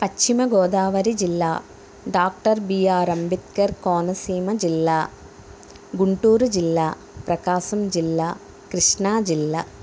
పశ్చిమగోదావరి జిల్లా doctor B R Ambedkar Konaseema జిల్లా గుంటూరు జిల్లా ప్రకాశం జిల్లా కృష్ణా జిల్లా